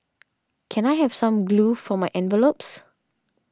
can I have some glue for my envelopes